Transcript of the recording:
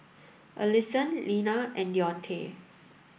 Allisson Lina and Deontae